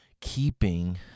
keeping